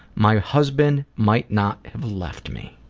my husband might not have left me.